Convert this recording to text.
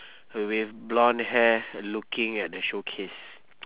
with blonde hair looking at the showcase